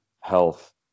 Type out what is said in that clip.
health